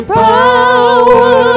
power